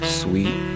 sweet